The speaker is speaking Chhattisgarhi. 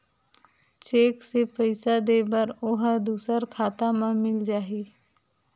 चेक से पईसा दे बर ओहा दुसर खाता म मिल जाही?